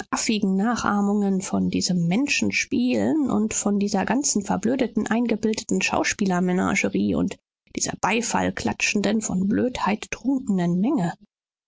affigen nachahmungen von diesem menschenspielen und von dieser ganzen verblödeten eingebildeten schauspielermenagerie und dieser beifall klatschenden von blödheit trunkenen menge